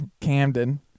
Camden